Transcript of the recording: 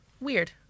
Weird